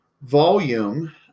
Volume